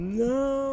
no